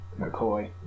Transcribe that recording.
McCoy